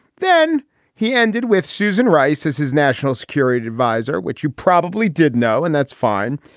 then he ended with susan rice as his national security adviser which you probably did know and that's fine.